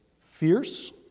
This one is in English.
fierce